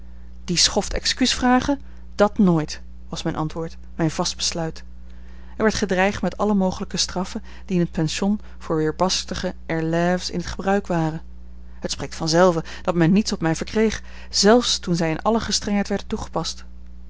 dien schoft excuus vragen dat nooit was mijn antwoord mijn vast besluit er werd gedreigd met alle mogelijke straffen die in t pension voor weerbarstige élèves in gebruik waren het spreekt vanzelve dat men niets op mij verkreeg zelfs toen zij in alle gestrengheid werden toegepast